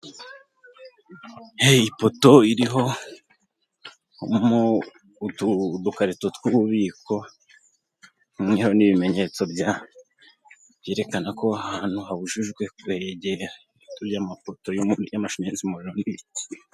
Hari ipoto iri udukarito tw'ububiko, umweru n'ibimenyetso byerekana ko ahantu habujijwe kuhegera, ibiti by'umweru by'amapoto y'amashanyarazi umuriro, n'ibiti.